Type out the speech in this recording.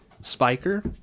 Spiker